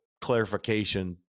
clarification